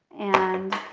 and